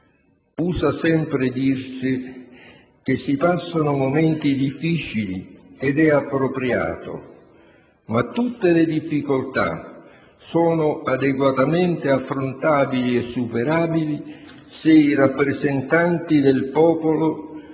Usa sempre dirsi che si passano momenti difficili, ed è appropriato, ma tutte le difficoltà sono adeguatamente affrontabili e superabili se i rappresentanti del popolo